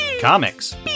comics